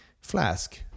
flask